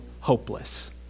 hopeless